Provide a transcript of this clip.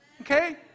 okay